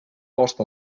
post